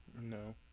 No